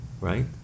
right